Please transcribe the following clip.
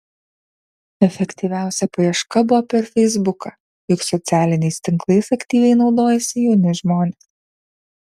efektyviausia paieška buvo per feisbuką juk socialiniais tinklais aktyviai naudojasi jauni žmonės